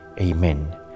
Amen